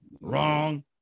Wrong